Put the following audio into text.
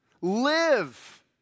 Live